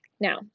Now